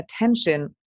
attention